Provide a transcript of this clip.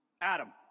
Adam